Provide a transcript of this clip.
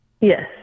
Yes